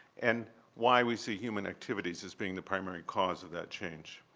and why we see human activities as being the primary cause of that change.